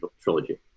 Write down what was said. trilogy